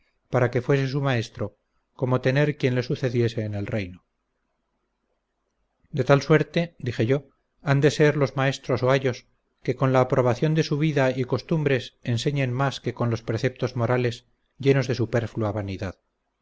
para que fuese su maestro como tener quien le sucediese en el reino de tal suerte dije yo han de ser los maestros o ayos que con la aprobación de su vida y costumbres enseñen más que con los preceptos morales llenos de superflua vanidad